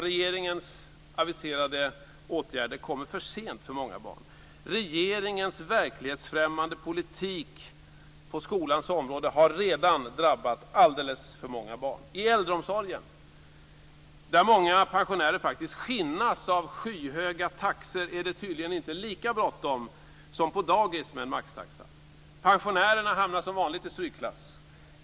Regeringens aviserade åtgärder kommer för sent för många barn. Regeringens verklighetsfrämmande politik på skolans område har redan drabbat alldeles för många barn. I äldreomsorgen, där många pensionärer faktiskt skinnas av skyhöga taxor är det tydligen inte lika bråttom som på dagis med en maxtaxa. Pensionärerna hamnar som vanligt i strykklass.